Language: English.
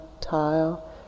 tile